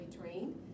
trained